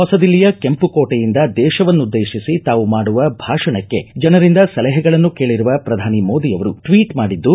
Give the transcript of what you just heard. ಹೊಸ ದಿಲ್ಲಿಯ ಕೆಂಪುಕೋಟೆಯಿಂದ ದೇತವನ್ನುದ್ದೇತಿಸಿ ತಾವು ಮಾಡುವ ಭಾಷಣಕ್ಕೆ ಜನರಿಂದ ಸಲಹೆಗಳನ್ನು ಕೇಳಿರುವ ಪ್ರಧಾನಿ ಮೋದಿ ಅವರು ಟ್ವೀಟ್ ಮಾಡಿದ್ದು